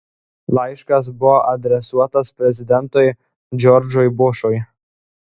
laiškas buvo adresuotas prezidentui džordžui bušui